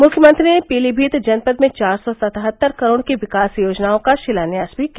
मुख्यमंत्री ने पीलीमीत जनपद में चार सौ सतहत्तर करोड़ की विकास योजनाओं का शिलान्यास भी किया